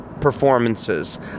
performances